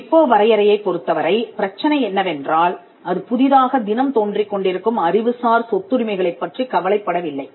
விபோ வரையறையைப் பொறுத்த வரை பிரச்சினை என்னவென்றால் அது புதிதாக தினம் தோன்றிக் கொண்டிருக்கும் அறிவுசார் சொத்துரிமைகளைப்பற்றிக் கவலைப்படவில்லை